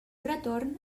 retorn